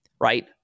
right